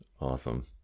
Awesome